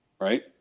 Right